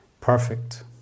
perfect